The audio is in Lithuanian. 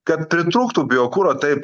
kad pritrūktų biokuro taip